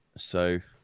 so